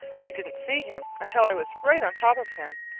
i didn't see him until i was right on top of him,